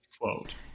quote